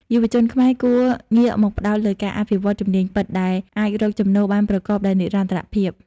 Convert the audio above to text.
យុវជនខ្មែរគួរងាកមកផ្តោតលើការអភិវឌ្ឍ "ជំនាញពិត" ដែលអាចរកចំណូលបានប្រកបដោយនិរន្តរភាព។